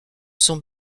son